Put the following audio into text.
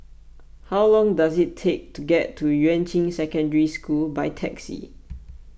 how long does it take to get to Yuan Ching Secondary School by taxi